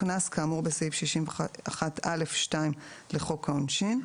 קנס כאמור בסעיף 61(א)(2) לחוק העונשין".